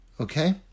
Okay